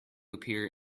appear